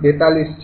૪૨ છે